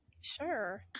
Sure